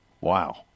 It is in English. Wow